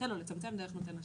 לצמצם דרך נותן השירות.